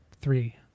three